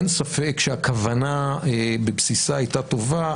אין ספק שהכוונה בבסיסה הייתה טובה,